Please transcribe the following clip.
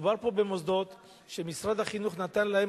מדובר פה במוסדות שמשרד החינוך נתן להם